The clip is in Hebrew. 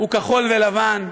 הוא כחול ולבן היום,